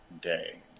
day